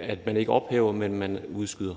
at man ikke ophæver, men udskyder.